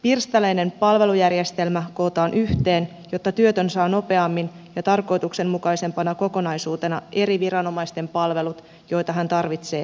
pirstaleinen palvelujärjestelmä kootaan yhteen jotta työtön saa nopeammin ja tarkoituksenmukaisempana kokonaisuutena eri viranomaisten palvelut joita hän tarvitsee työllistyäkseen